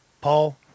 Paul